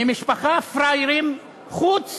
מהמשפחה פראיירים, חוץ